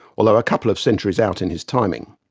although a couple of centuries out in his timing.